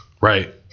Right